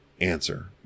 answer